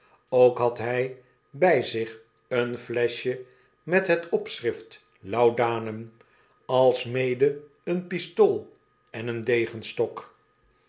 w had hy by zich een fleschje met het opschrift laudanum alsmede een pistool en een degenstok